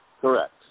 Correct